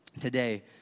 today